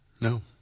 No